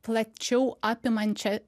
plačiau apimančią